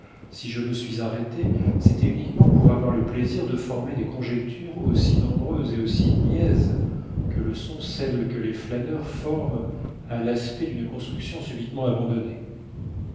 si je me suis arrêté c'était uniquement pour avoir le plaisir de former des conjectures aussi nombreuses et aussi niaises que le sont celles que les flâneurs forment à l'aspect d'une construction subitement abandonnée